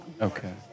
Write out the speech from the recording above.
Okay